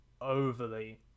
overly